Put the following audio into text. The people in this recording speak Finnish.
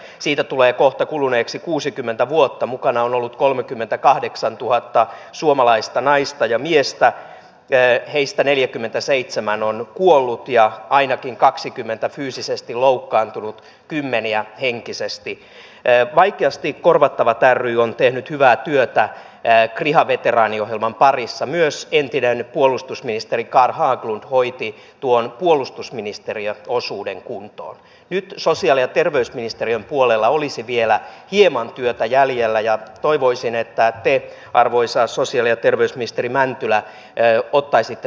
siitä tulee kohta kuluneeksi kuusikymmentä vuotta mukana on ollut kolmekymmentäkahdeksantuhatta suomalaista naista ja miestä esimerkiksi viime kaudella nämä leikkaukset ja se millä tavalla nämä päätökset olisi saatettu voimaan se että esimerkiksi ministeriö olisi jatkossa päättänyt siitä missä esimerkiksi lukiokoulutusta sijaitsee oli kyllä aivan väärä tie ja terveysministeriön puolella olisi vielä hieman edelleenkin kuntien pitää saada jatkossa näistä asioista päättää ja näin tämä turvataan